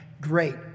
Great